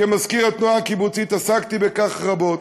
כמזכיר התנועה הקיבוצית עסקתי בכך רבות.